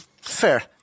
fair